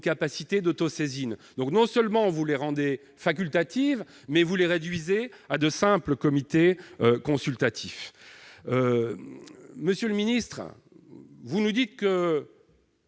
pouvoir d'autosaisine. Bref, non seulement vous les rendez facultatives, mais vous les ravalez au rang de simples comités consultatifs. Monsieur le ministre, vous nous dites qu'en